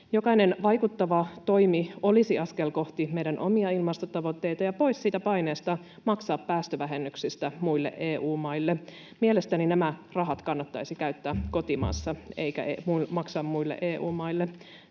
Jokainen vaikuttava toimi olisi askel kohti meidän omia ilmastotavoitteita ja pois siitä paineesta maksaa päästövähennyksistä muille EU-maille. Mielestäni nämä rahat kannattaisi käyttää kotimaassa eikä maksaa muille EU-maille.